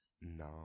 No